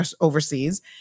overseas